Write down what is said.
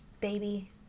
baby